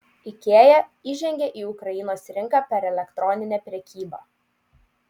ikea įžengė į ukrainos rinką per elektroninę prekybą